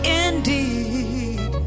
indeed